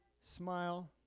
Smile